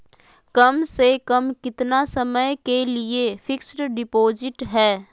कम से कम कितना समय के लिए फिक्स डिपोजिट है?